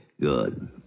Good